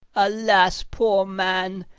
alas, poor man!